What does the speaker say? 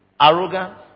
arrogant